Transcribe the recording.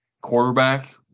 quarterback